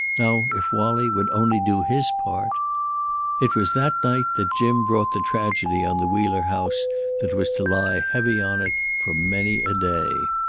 now if wallie would only do his part it was that night that jim brought the tragedy on the wheeler house that was to lie heavy on it for many a day.